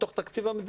מתוך תקציב המדינה,